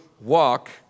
walk